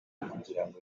kugirango